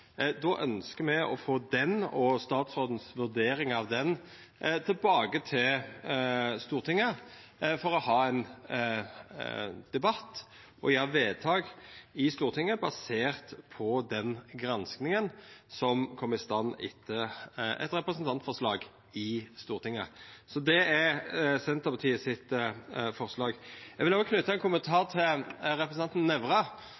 Då ønskjer me å få den og statsrådens vurdering av ho tilbake til Stortinget, for å ha ein debatt og gjera vedtak baserte på den granskinga som kom i stand etter eit representantforslag i Stortinget. Så det er forslaget frå Senterpartiet. Eg vil òg knyta ein kommentar til representanten Nævra,